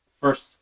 first